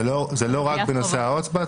זה לא רק בנושא ההוצאה לפועל.